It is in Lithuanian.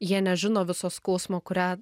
jie nežino viso skausmo kurią